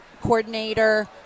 coordinator